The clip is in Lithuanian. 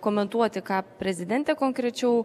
komentuoti ką prezidentė konkrečiau